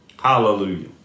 Hallelujah